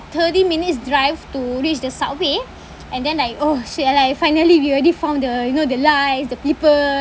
thirty minutes drive to reach the subway and then like oh shit I like finally we already found the you know the life the people